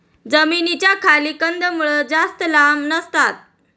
जमिनीच्या खाली कंदमुळं जास्त लांब नसतात